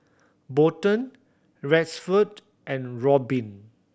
Bolden Rexford and Robyn